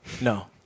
No